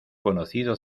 conocido